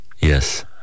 yes